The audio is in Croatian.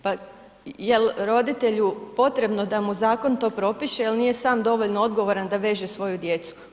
Pa je li roditelju potrebno da mu zakon to propiše ili nije sam dovoljno odgovoran da veže svoju djecu.